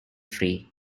free